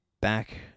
back